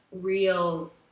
real